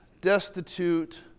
destitute